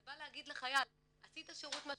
זה בא להגיד לחייל: "עשית שירות משמעותי,